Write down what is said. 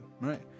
Right